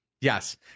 Yes